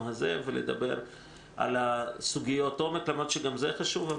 הזה שמדברים על סוגיות עומק למרות שגם זה חשוב.